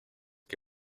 que